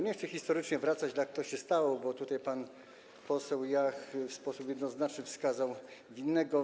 Nie chcę historycznie wracać do tego, jak to się stało, bo pan poseł Jach w sposób jednoznaczny wskazał winnego.